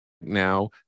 now